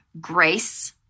grace